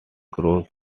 cross